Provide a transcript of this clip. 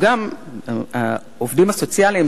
העובדים הסוציאליים,